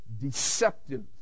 deceptive